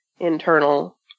Internal